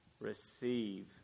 receive